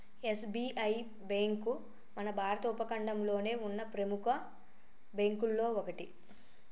SBI bank మన భారత ఉపఖండంలోనే ఉన్న ప్రెముఖ బ్యేంకుల్లో ఒకటి